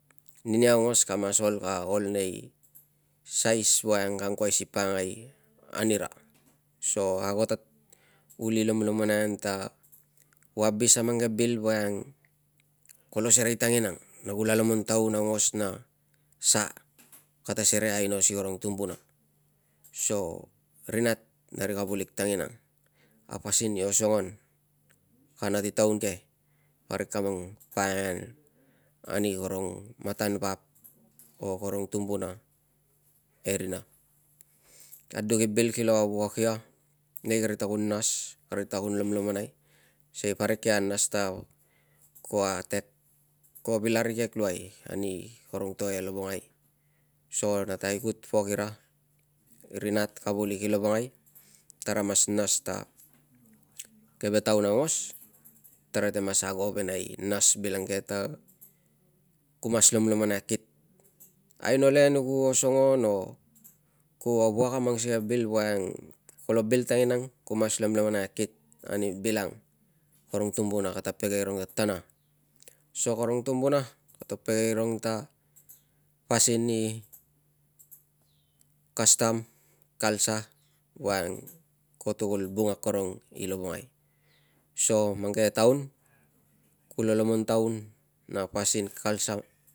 Ninia aungas kaol nei sais voi ang kang koi si pakangai anira so ago ta uli lomlomon ai ta ku abis a man keve bil voiang kolo serei tanginang na ku la lomon taun aungas na sa kata serei aino si karun tumbuna. So rina na nari kavulik tang inang a pasin, iasongon kana si taun ke parik kapa ngon pakangai an ani karung matan vap or karung tumbuna e rina. A duk i bil kilo vuak va nei kari nas na kari lomlomonai sei parik kia vassta ko atek or ko vill arikek luai ani karung to e lovongai. So nate akut pok ina ri nat a kavulik ilovongai ta ra mas nas ta keve taun aungas tara tara te mas ngo vei na bilang ge ta kkus maslom lomon ai akit aino le ni osangon on ku vak a mang salna bil voiang kolo biltanginang ku mas lomlomon akit ani bilang karung tumbuna kata pekeirung tatana. So karung tumbana ko to pege irang ta pasin i culture, custom voi ang ko tukul bung i lovongai so man keve tuan kulo lomon taun a pasin culture.